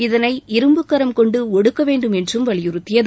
இதனை இரும்புக் கரம் கொண்டு ஒடுக்க வேண்டும் என்று வலியுறுத்தியது